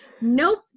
nope